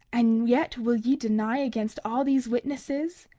and yet will ye deny against all these witnesses?